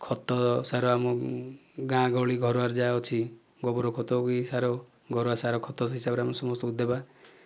ଖତ ସାର ଆମ ଗାଁ ଗହଳି ଘରୁ ଆରୁ ଯାହା ଅଛି ଗୋବର ଖତ ହେଉ ସାର ହେଉ ଘରୁଆ ସାର ଖତ ସେ ହିସାବରେ ଆମେ ସମସ୍ତଙ୍କୁ ଦେବା